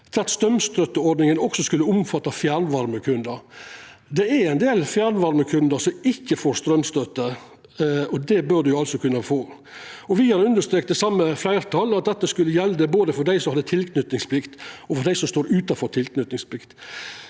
til at straumstøtteordninga òg skulle omfatta fjernvarmekundar. Det er ein del fjernvarmekundar som ikkje får straumstøtte, og det bør dei kunne få. Det same fleirtalet har understreka at dette skulle gjelda både for dei som har tilknytingsplikt, og for dei som står utanfor tilknytingsplikt.